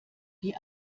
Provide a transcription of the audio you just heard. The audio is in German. wie